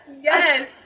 yes